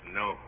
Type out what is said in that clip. no